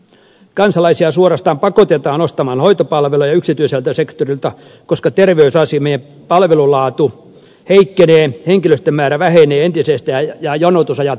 kansalaisia suorastaan pakotetaan ostamaan hoitopalveluja yksityiseltä sektorilta koska terveysasemien palvelulaatu heikkenee henkilöstön määrä vähenee entisestään ja jonotusajat pitenevät